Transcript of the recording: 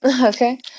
Okay